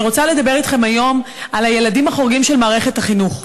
אני רוצה לדבר אתכם היום על הילדים החורגים של מערכת החינוך.